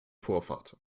vorfahrt